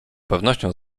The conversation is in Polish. pewnością